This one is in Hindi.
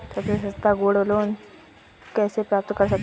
सबसे सस्ता गोल्ड लोंन कैसे प्राप्त कर सकते हैं?